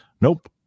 Nope